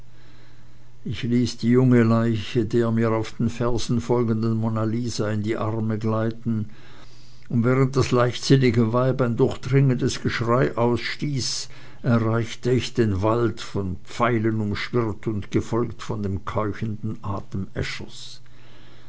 ich ließ die junge leiche der mir auf den fersen folgenden monna lisa in die arme gleiten und während das leichtsinnige weib ein durchdringendes geschrei ausstieß erreichte ich den wald von pfeilen umschwirrt und gefolgt von dem keuchenden